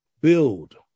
build